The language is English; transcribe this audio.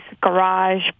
garage